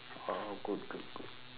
oh good good good